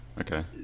Okay